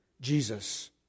Jesus